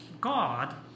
God